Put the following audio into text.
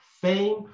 fame